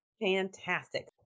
Fantastic